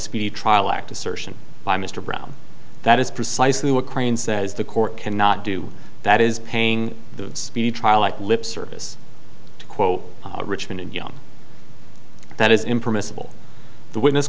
speedy trial act assertion by mr brown that is precisely what crane says the court cannot do that is paying the speedy trial like lip service to quote richmond and young that is impermissible the witness